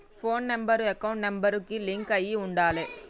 పోను number account number కి link అయ్యి ఉండాలే